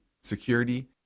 security